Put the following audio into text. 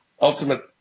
ultimate